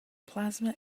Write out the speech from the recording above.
plasma